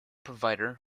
provider